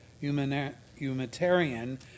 humanitarian